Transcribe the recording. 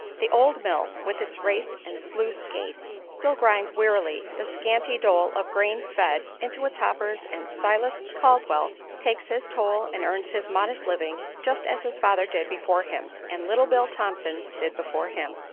the old mill, with its race and sluice-gates, still grinds wearily the scanty dole of grain fed into its hoppers and silas caldwell takes his toll and earns his modest living just as his father did before him and little bill thompson did before him.